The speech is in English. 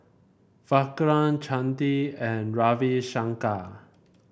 Vikram Chandi and Ravi Shankar